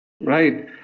Right